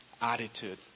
attitude